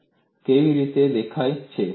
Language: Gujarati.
આ કેવી રીતે દેખાય છે